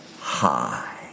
hi